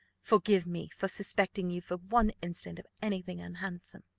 forgive me for suspecting you for one instant of any thing unhandsome.